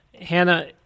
Hannah